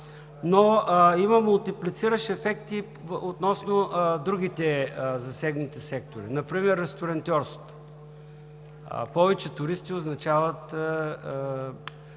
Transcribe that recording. Но има мултиплициращ ефект и относно другите засегнати сектори – например ресторантьорството. Повече туристи означава